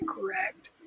correct